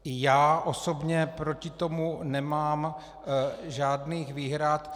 Já osobně proti tomu nemám žádných výhrad.